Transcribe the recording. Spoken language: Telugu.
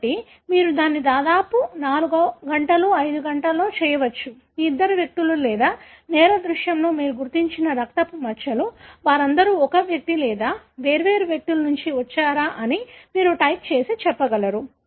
కాబట్టి మీరు దీన్ని దాదాపు 4 గంటలు 5 గంటల్లో చేయవచ్చు ఈ ఇద్దరు వ్యక్తులు లేదా నేర దృశ్యంలో మీరు గుర్తించిన రక్తపు మచ్చలు వారందరూ ఒక వ్యక్తి లేదా వేర్వేరు వ్యక్తుల నుండి వచ్చారా అని మీరు టైప్ చేసి చెప్పగలరు